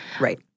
Right